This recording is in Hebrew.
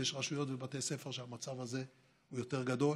ויש רשויות ובתי ספר שהמצב הזה הוא יותר גדול.